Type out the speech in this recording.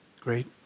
great